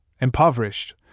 Impoverished